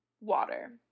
water